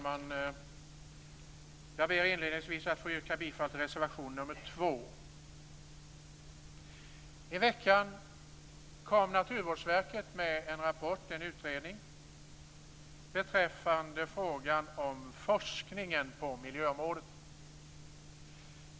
Herr talman! Inledningsvis ber jag att få yrka bifall till reservation nr 2. I veckan kom Naturvårdsverket med en utredning om forskningen på miljöområdet.